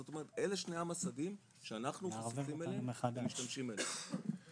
זאת אומרת אלה שני המס"דים שאנחנו חשופים אליהם ומשתמשים בהם.